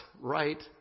right